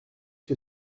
que